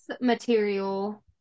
material